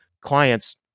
clients